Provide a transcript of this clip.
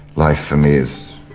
life for me is,